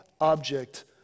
object